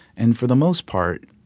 and for the most part,